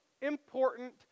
important